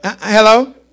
Hello